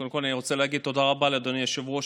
קודם כול אני רוצה להגיד תודה רבה לאדוני היושב-ראש